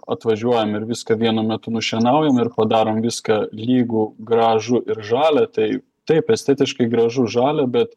atvažiuojam ir viską vienu metu nušienaujam ir padarom viską lygų gražų ir žalią tai taip estetiškai gražu žalia bet